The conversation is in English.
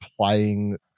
playing